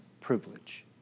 privilege